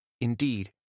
Indeed